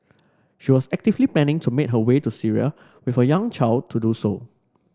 she was actively planning to make her way to Syria with her young child to do so